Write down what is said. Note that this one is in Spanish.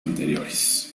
anteriores